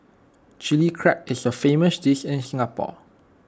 Chilli Crab is A famous dish in Singapore